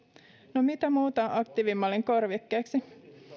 no mitä muuta aktiivimallin korvikkeeksi